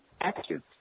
active